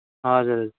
हजुर हजुर